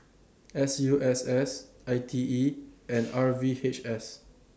S U S S I T E and R V H S